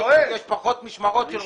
יש פחות משמרות של רופאים.